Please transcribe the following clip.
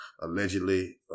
Allegedly